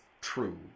true